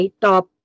top